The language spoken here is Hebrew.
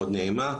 מאוד נעימה,